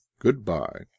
Goodbye